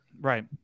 Right